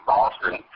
Boston